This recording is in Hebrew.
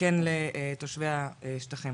כן לתושבי השטחים.